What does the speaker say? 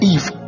Eve